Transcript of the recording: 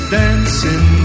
dancing